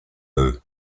eux